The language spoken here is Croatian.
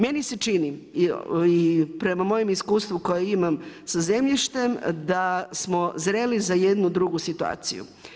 Meni se čini i prema mojem iskustvu koje imam sa zemljištem da smo zreli za jednu drugu situaciju.